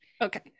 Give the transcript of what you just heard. okay